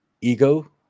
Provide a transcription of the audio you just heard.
ego